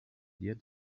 yet